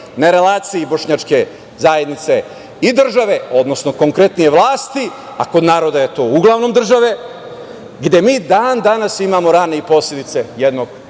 na relaciji bošnjačke zajednice i države, odnosno konkretnije vlasti, a kod naroda je to uglavnom države gde mi dan danas imamo rane i posledice jednog